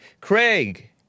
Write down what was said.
Craig